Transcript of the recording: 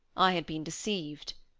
i had been deceived.